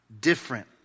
Different